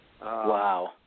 Wow